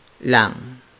lang